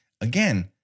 again